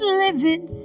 living